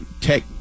tech